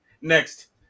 Next